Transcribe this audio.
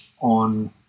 on